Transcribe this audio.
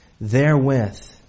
therewith